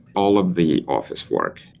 all of the office work.